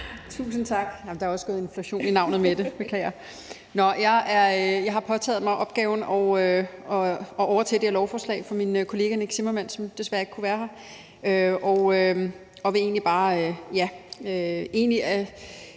Tusind tak. Der er også gået inflation i navnet Mette – beklager. Jeg har påtaget mig opgaven at overtage det her lovforslag fra min kollega Nick Zimmermann, som desværre ikke kunne være her. Jeg har siddet